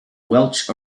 welch